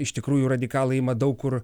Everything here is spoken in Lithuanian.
iš tikrųjų radikalai ima daug kur